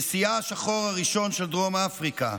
נשיאה השחור הראשון של דרום אפריקה,